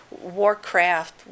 Warcraft